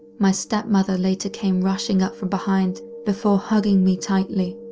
my step-mother later came rushing up from behind before hugging me tightly.